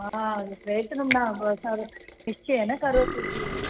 प्रयत्नं न निश्चयेन करोतु जि